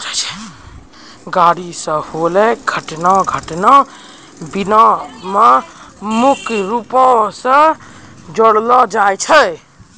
गाड़ी से होलो दुर्घटना दुर्घटना बीमा मे मुख्य रूपो से जोड़लो जाय छै